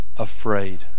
afraid